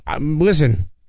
Listen